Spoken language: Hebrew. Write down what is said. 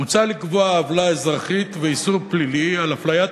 מוצע לקבוע עוולה אזרחית ואיסור פלילי על הפליית